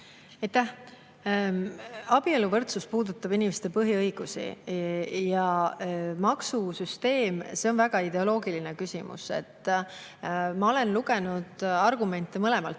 Abieluvõrdsus puudutab inimeste põhiõigusi ja maksusüsteem on väga ideoloogiline küsimus. Ma olen lugenud argumente mõlemalt